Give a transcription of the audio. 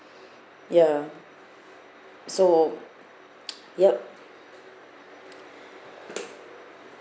ya so ya